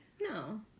no